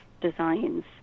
designs